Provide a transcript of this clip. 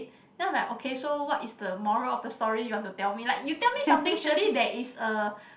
then I'm like okay so what is the moral of the story you want to tell me like you tell me something surely there is a